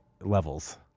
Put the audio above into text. levels